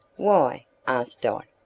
why? asked dot,